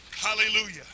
hallelujah